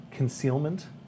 Concealment